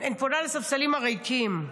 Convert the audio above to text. אני פונה לספסלים הריקים: